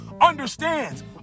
understands